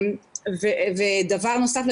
דבר נוסף,